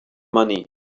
money